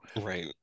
Right